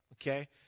okay